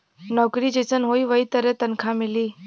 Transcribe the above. नउकरी जइसन होई वही तरे तनखा मिली